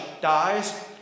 dies